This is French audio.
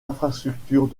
infrastructures